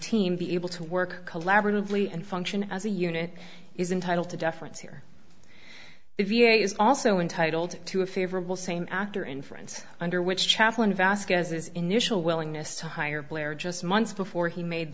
team be able to work collaboratively and function as a unit is entitled to deference here if he is also intitled to a favorable same actor inference under which chaplin vasquez's initial willingness to hire blair just months before he made